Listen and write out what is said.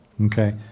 okay